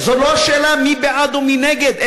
זו לא שאלה מי בעד או מי נגד,